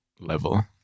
level